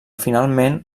finalment